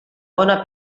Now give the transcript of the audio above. bona